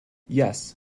yes